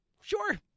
sure